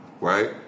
Right